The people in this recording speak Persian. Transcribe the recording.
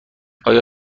آیا